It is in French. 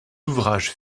ouvrages